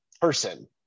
person